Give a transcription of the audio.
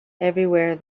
everywhere